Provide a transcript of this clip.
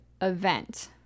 event